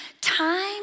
time